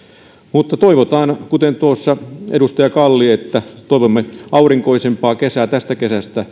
mutta toivomme kuten tuossa edustaja kalli aurinkoisempaa kesää tästä kesästä